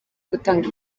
gutanga